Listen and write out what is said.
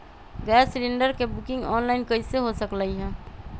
Gas cylinder के booking online कईसे हो सकलई ह?